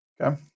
Okay